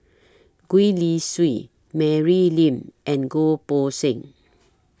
Gwee Li Sui Mary Lim and Goh Poh Seng